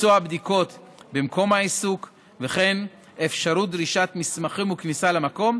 ביצוע בדיקות במקום העיסוק וכן אפשרות דרישת מסמכים וכניסה למקום,